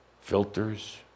filters